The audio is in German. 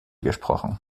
gesprochen